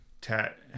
tat